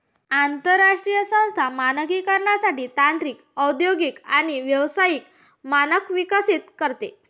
आंतरराष्ट्रीय संस्था मानकीकरणासाठी तांत्रिक औद्योगिक आणि व्यावसायिक मानक विकसित करते